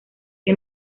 que